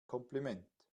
kompliment